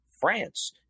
France